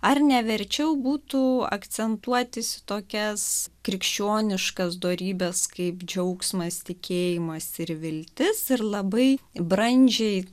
ar ne verčiau būtų akcentuotis į tokias krikščioniškas dorybes kaip džiaugsmas tikėjimas ir viltis ir labai brandžiai